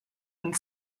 and